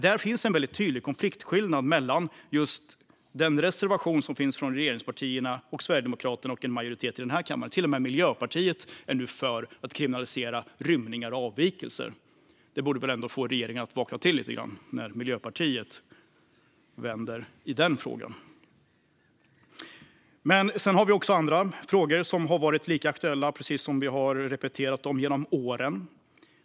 Där finns en väldigt tydlig skillnad mellan just den reservation som finns från regeringspartierna och det som Sverigedemokraterna och en majoritet i denna kammare tycker. Till och med Miljöpartiet är nu för att man ska kriminalisera rymningar och avvikelser. Det borde väl ändå få regeringen att vakna till lite grann när Miljöpartiet vänder i den frågan. Men vi har också andra frågor som har varit lika aktuella och som vi har repeterat genom åren.